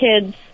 kids